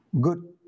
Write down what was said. good